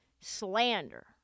slander